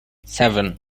seven